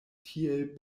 tiel